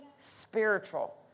spiritual